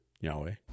Yahweh